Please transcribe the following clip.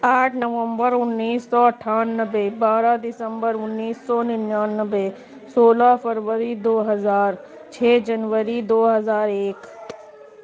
آٹھ نومبر انیس سو اٹھانوے بارہ دسمبر انیس سو ننانوے سولہ فروری دو ہزار چھ جنوری دو ہزار ایک